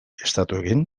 estatuekin